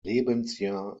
lebensjahr